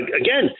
again